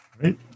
right